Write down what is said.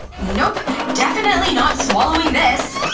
nope, definitely not swallowing this,